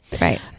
Right